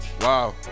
Wow